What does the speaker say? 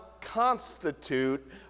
constitute